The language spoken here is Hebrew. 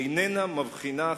איננה מבחינה,